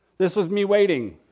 this was me waiting.